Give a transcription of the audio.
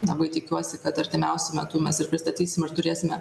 labai tikiuosi kad artimiausiu metu mes ir pristatysim ir turėsime